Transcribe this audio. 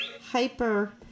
hyper